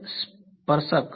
વિદ્યાર્થી સ્પર્શક